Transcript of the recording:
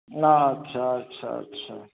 अच्छा अच्छा अच्छा